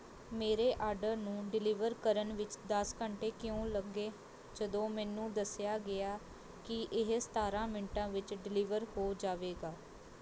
ਮੇਰੇ ਆਡਰ ਨੂੰ ਡਿਲੀਵਰ ਕਰਨ ਵਿੱਚ ਦਸ ਘੰਟੇ ਕਿਉਂ ਲੱਗੇ ਜਦੋਂ ਮੈਨੂੰ ਦੱਸਿਆ ਗਿਆ ਕਿ ਇਹ ਸਤਾਰ੍ਹਾਂ ਮਿੰਟਾਂ ਵਿੱਚ ਡਿਲੀਵਰ ਹੋ ਜਾਵੇਗਾ